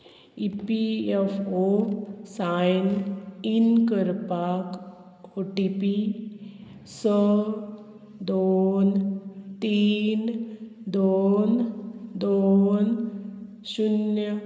E P F O sign in करपाक O T P स दोन तीन दोन दोन शुन्य